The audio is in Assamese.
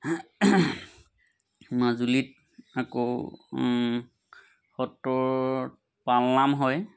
মাজুলীত আকৌ সত্ৰত পালনাম হয়